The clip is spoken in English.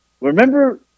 remember